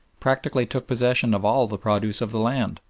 practically took possession of all the produce of the land.